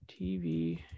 tv